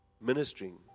ministering